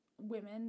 women